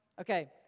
Okay